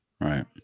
Right